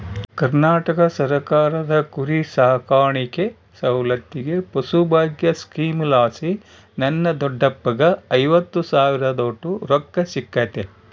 ಕರ್ನಾಟಕ ಸರ್ಕಾರದ ಕುರಿಸಾಕಾಣಿಕೆ ಸೌಲತ್ತಿಗೆ ಪಶುಭಾಗ್ಯ ಸ್ಕೀಮಲಾಸಿ ನನ್ನ ದೊಡ್ಡಪ್ಪಗ್ಗ ಐವತ್ತು ಸಾವಿರದೋಟು ರೊಕ್ಕ ಸಿಕ್ಕತೆ